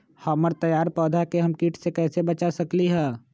हमर तैयार पौधा के हम किट से कैसे बचा सकलि ह?